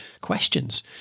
questions